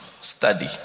study